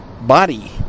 body